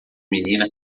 menina